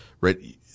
right